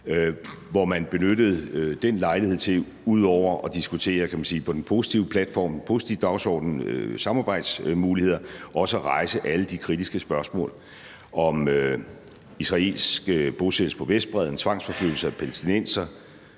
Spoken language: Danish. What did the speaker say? hvor man benyttede lejligheden til ud over på den positive platform, kan man sige, at diskutere samarbejdsmuligheder at rejse alle de kritiske spørgsmål om israelske bosættelser på Vestbredden, tvangsforflyttelse af palæstinensere,